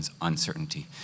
uncertainty